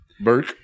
Burke